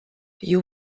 you